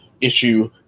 issue